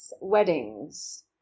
weddings